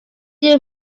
you